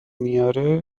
میاره